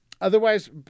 Otherwise